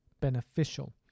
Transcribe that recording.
beneficial